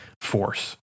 force